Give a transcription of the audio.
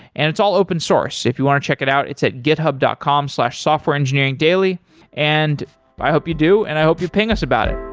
and it's all open source. if you want to check it out, it's at github dot com softwareengineeringdaily. and i hope you do and i hope you ping us about it